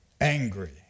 angry